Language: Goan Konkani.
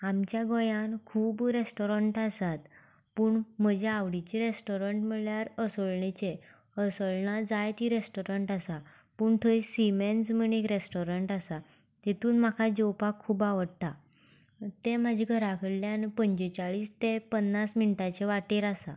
आमच्या गोंयांत खूब रेस्टोरंटां आसात पूण म्हजें आवडिचें रेस्टोरंट म्हणल्यार असोल्डेचे असोल्डा जायतीं रेस्टोरंटां आसा पूण थंय सिमेन्ज म्हूण रेस्टोरंट आसा तातूंत म्हाका जेवपाक खूब आवडटा तें म्हज्या घरा कडल्यान पंचेचाळीस ते पन्नास मिनटांचे वाटेर आसा